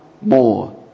more